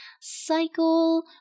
cycle